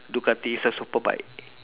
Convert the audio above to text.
Ducati is a super bike